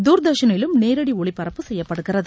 தூர்தர்ஷனிலும் நேரடி ஜலிபரப்பு செய்யப்படுகிறது